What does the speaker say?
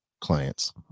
clients